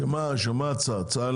שמה, מה ההצעה?